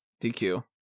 DQ